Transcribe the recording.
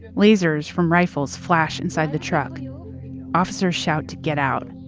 lasers from rifles flash inside the truck. officers shout to get out.